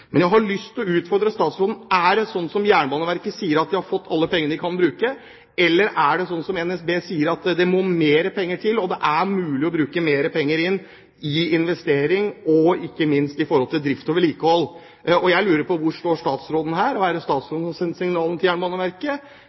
men utfordringen og spørsmålet mitt til statsråden – jeg skjønner at hun ikke vil svare ordentlig på om Hardangerparsellen kommer i gang i 2011 eller ikke – er fortsatt: Er det slik som Jernbaneverket sier, at de har fått alle pengene de kan bruke, eller er det slik som NSB sier, at det må mer penger til, og at det er mulig å bruke mer penger på investering, ikke minst når det gjelder drift og vedlikehold? Jeg lurer på hvor statsråden står her.